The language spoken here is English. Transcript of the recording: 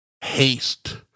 haste